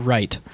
Right